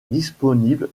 disponible